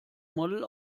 model